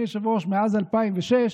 אדוני היושב-ראש, מאז 2006,